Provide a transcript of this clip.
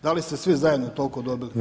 Da li ste svi zajedno toliko dobili?